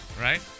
right